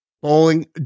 bowling